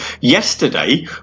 yesterday